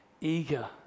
eager